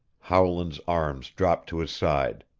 howland's arms dropped to his side.